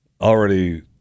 already